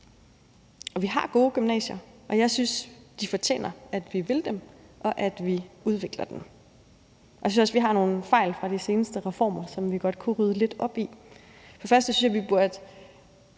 Vi har gode gymnasier, og jeg synes, de fortjener, at vi vil dem, og at vi udvikler dem. Jeg synes også, vi har nogle fejl fra de seneste reformer, som vi godt kunne rydde lidt op i. Først og fremmest synes jeg, vi burde